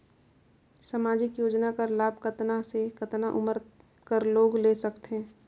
समाजिक योजना कर लाभ कतना से कतना उमर कर लोग ले सकथे?